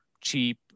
cheap